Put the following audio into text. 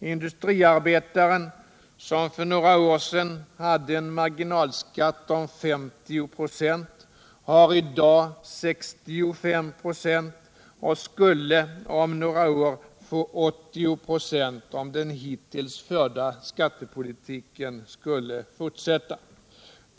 Industriarbetaren som för några år sedan hade en marginalskatt på 50 926 har i dag 65 26 och skulle om några år få 80 926, om den hittills förda skattepolitiken skulle fortsätta.